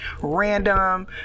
random